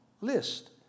list